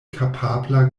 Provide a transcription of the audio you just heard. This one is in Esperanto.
kapabla